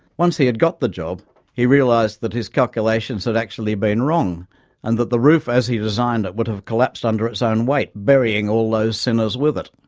once he had got the job he realised that his calculations had actually been wrong and that the roof as he designed it would have collapsed under its own weight, burying all those sinners with it.